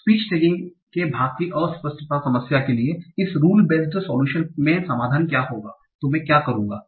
speech tagging के भाग की अस्पष्टता समस्या के लिए इस रुल बेस्ड सोलुशन मे समाधान क्या होगा तो मैं क्या करूंगा